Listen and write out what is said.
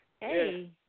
Hey